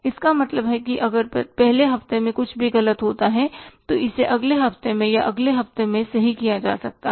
इसका मतलब है अगर पहले हफ्ते में कुछ भी गलत होता है तो इसे अगले हफ्ते में या अगले हफ्ते में सही किया जा सकता है